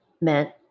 meant